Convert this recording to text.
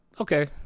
okay